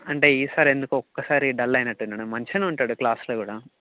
అంటే ఈ సారి ఎందుకో ఒకసారి డల్ అయినట్టు ఉన్నాడు మంచిగా ఉంటాడు క్లాస్లో కూడా